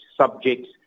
subjects